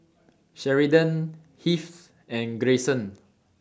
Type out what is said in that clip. Sheridan Heath and Grayson